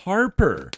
Harper